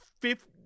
fifth